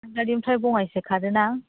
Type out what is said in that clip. दादगारिनिफ्राय बङाइसे खारोना